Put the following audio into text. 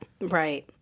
Right